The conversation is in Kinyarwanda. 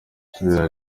kera